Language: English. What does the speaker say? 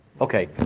Okay